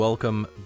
Welcome